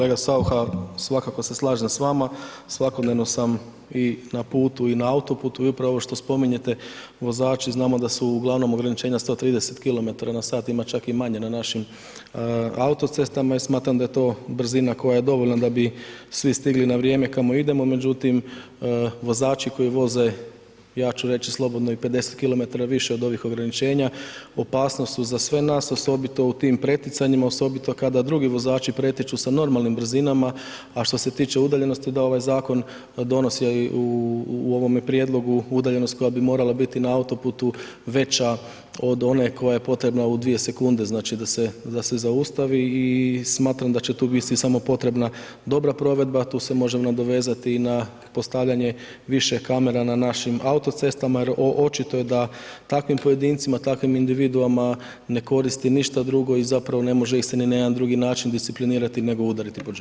Kolega Saucha svakako se slažem s vama, svakodnevno sam i na putu i na autoputu i upravo ovo što spominjete, vozači znamo da su uglavnom ograničenja 130 km/h ima čak i manje na našim autocestama i smatram da je to brzina koje je dovoljna da bi svi stigli na vrijeme kao idemo, međutim vozači koji voze, ja ću reći slobodno i 50 km više od ovih ograničenja opasnost su za sve nas, osobito u tim pretjecanjima, osobito kada drugi vozači pretiču sa normalnim brzinama, a što se tiče udaljenosti da ovaj zakon donosi u ovome prijedlogu udaljenost koja bi morala biti na autoputu veća od one koja je potrebna u 2 sekunde, znači da se zaustavi i smatram da će tu biti samo potrebna dobra provedba, tu se može nadovezati i na postavljanje više kamera na našim autocestama jer očito je da takvim pojedincima, takvim individuama ne koristi ništa drugo i zapravo ne može ih se ni na jedan drugi način disciplinirati nego udariti po džepu.